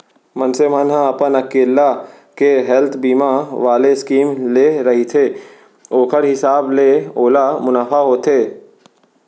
मनसे मन ह अपन अकेल्ला के हेल्थ बीमा वाले स्कीम ले रहिथे ओखर हिसाब ले ओला मुनाफा होथे